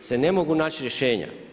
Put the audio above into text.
se ne mogu nać rješenja.